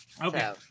okay